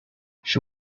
she